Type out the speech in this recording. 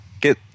get